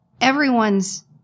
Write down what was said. everyone's